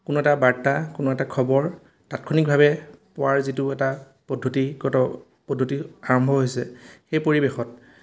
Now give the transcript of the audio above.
কোনো এটা বাৰ্তা কোনো এটা খবৰ তাৎক্ষণিকভাৱে পোৱাৰ যিটো এটা পদ্ধতিগত পদ্ধতি আৰম্ভ হৈছে সেই পৰিৱেশত